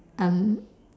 um